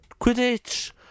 Quidditch